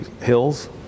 Hills